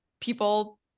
people